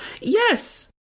Yes